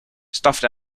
stuffed